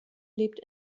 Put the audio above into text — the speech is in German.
lebt